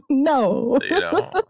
no